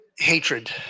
Hatred